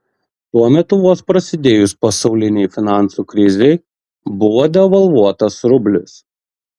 tuo metu vos prasidėjus pasaulinei finansų krizei buvo devalvuotas rublis